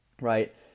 right